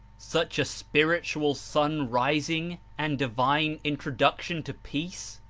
such a spiritual sun-rising and divine introduction to peace?